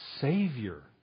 savior